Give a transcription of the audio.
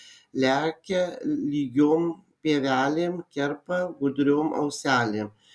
lekia lygiom pievelėm kerpa gudriom auselėm